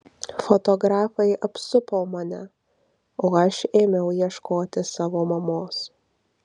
fotografai apsupo mane o aš ėmiau ieškoti savo mamos